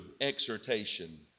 exhortation